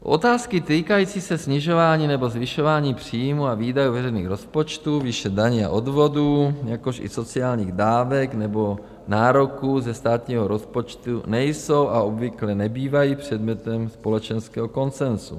Otázky týkající se snižování nebo zvyšování příjmů a výdajů veřejných rozpočtů, výše daní a odvodů, jakož i sociálních dávek nebo nároků ze státního rozpočtu nejsou a obvykle nebývají předmětem společenského konsenzu.